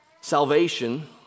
Salvation